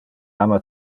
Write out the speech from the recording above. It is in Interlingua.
ama